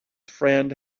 friend